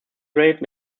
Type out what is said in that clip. grade